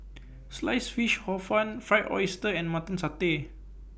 Sliced Fish Hor Fun Fried Oyster and Mutton Satay